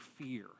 fear